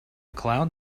cloud